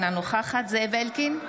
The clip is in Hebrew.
אינה נוכחת זאב אלקין,